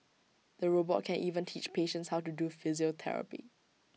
the robot can even teach patients how to do physiotherapy